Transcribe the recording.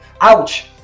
Ouch